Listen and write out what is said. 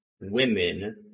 women